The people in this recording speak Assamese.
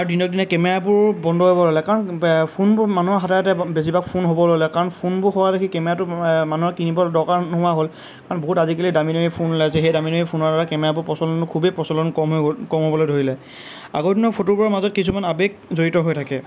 আৰু দিনক দিনে কেমেৰাবোৰো বন্ধ হ'ব ল'লে কাৰণ ফোনবোৰ মানুহৰ হাতে হাতে বেছিভাগ ফোন হ'ব ল'লে কাৰণ ফোনবোৰ হোৱা দেখি কেমেৰাটো মানুহৰ কিনিবৰ দৰকাৰ নোহোৱা হ'ল কাৰণ বহুত আজিকালি দামী দামী ফোন ওলাইছে সেই দামী দামী ফোনৰ বাবে কেমেৰাবোৰ প্ৰচলন খুবেই প্ৰচলন কম হৈ গ'ল কম হ'বলৈ ধৰিলে আগৰ দিনৰ ফটোবোৰৰ মাজত কিছুমান আবেগ জৰিত হৈ থাকে